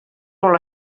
molt